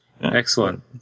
Excellent